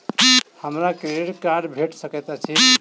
हमरा credit card भेट सकैत अछि?